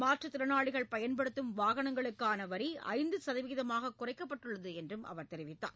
மாற்றுத் திறனாளிகள் பயன்படுத்தும் வாகனங்களுக்கான வரி சதவீதமாகக் ஐந்து குறைக்கப்பட்டுள்ளது என்று அவர் தெரிவித்தார்